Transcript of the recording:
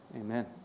amen